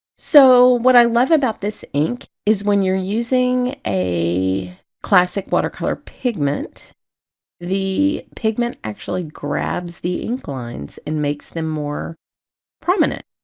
so what i love about this ink is when you're using a classic watercolor pigment the pigment actually grabs the ink lines and makes them more prominent